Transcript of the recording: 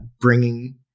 bringing